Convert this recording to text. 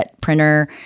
printer